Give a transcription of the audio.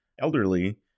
elderly